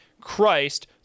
Christ